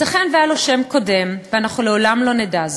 ייתכן שהיה לו שם קודם, ואנחנו לעולם לא נדע זאת.